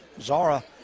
Zara